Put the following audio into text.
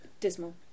dismal